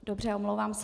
Dobře, omlouvám se.